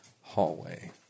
hallway